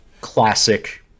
classic